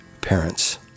parents